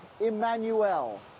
Emmanuel